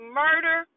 murder